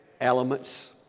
elements